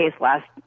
last